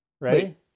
Right